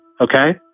okay